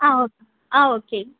ஆ ஓ ஆ ஓகே